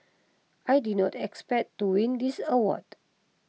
I did not expect to win this award